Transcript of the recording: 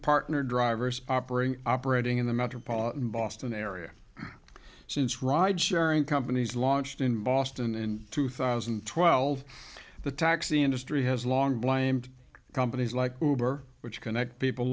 partner drivers operating operating in the metropolitan boston area since ride sharing companies launched in boston in two thousand and twelve the taxi industry has long blamed companies like which connect people